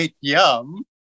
Yum